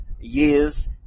years